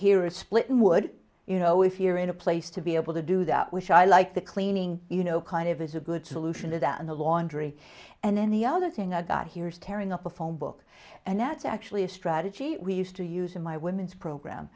here is splitting wood you know if you're in a place to be able to do that which i like the cleaning you know kind of is a good solution to that and the laundry and then the other thing i got here is tearing up a phone book and that's actually a strategy we used to use in my women's program